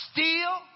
Steal